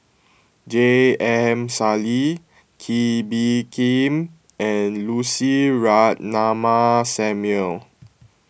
J M Sali Kee Bee Khim and Lucy Ratnammah Samuel